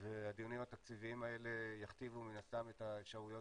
והדיונים התקציביים האלה יכתיבו מן הסתם את האפשרויות